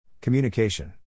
Communication